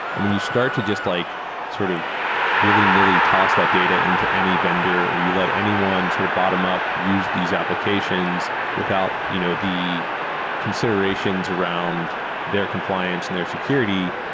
and when you start to just like sort of willy-nilly toss that data into any vendor or you let anyone sort of bottom-up use these applications without you know the considerations around their compliance and their security,